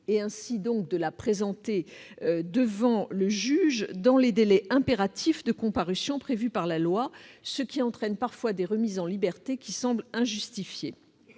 et donc sa présentation devant le juge dans les délais impératifs de comparution prévus par la loi, ce qui entraîne parfois des remises en liberté qui semblent injustifiées.